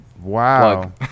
wow